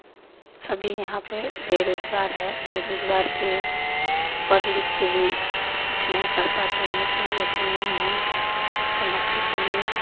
सभी यहाँ पर बेरोज़गार हैं बेरोज़गार के पढ़ लिख कर भी कुछ नहीं कर पाते हैं कोई अथी नहीं हैं समस्तीपुर में